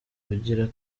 ugira